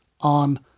on